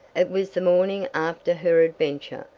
it was the morning after her adventure,